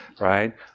right